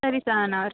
ಸರಿ ಸಹನಾ ಅವ್ರೇ